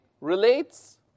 relates